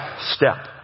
step